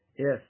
Yes